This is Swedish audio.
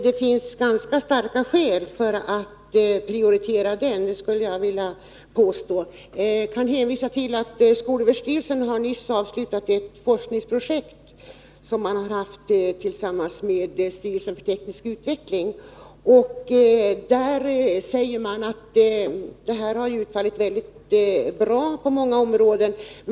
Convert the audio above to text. Det finns ganska starka skäl för att prioritera den, skulle jag vilja påstå. Jag kan hänvisa till att skolöverstyrelsen nyss har avslutat ett forskningsprojekt, som man haft tillsammans med styrelsen för teknisk utveckling. Man säger att projektet har utfallit mycket bra på många sätt.